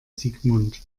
sigmund